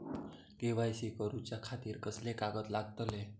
KYC करूच्या खातिर कसले कागद लागतले?